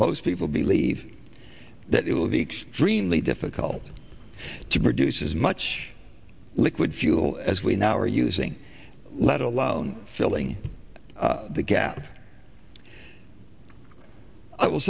most people believe that it will be extremely difficult to produce as much liquid fuel as we now are using let alone filling the gap i will